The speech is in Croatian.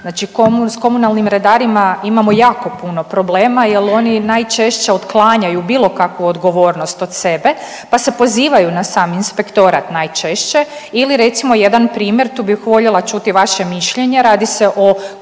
znači s komunalnim redarima imamo jako puno problema jer oni najčešće otklanjaju bilo kakvi odgovornost od sebe pa se pozivaju na sam Inspektorat, najčešće ili recimo, jedan primjer, tu bih voljela čuti vaše mišljenje, radi se o korištenju pesticida